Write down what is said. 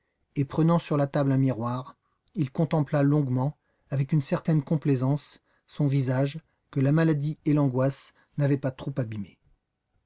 et prenant sur la table un miroir il contempla longuement avec une certaine complaisance son visage que la maladie et l'angoisse n'avaient pas trop abîmé